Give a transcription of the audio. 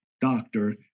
doctor